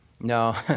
No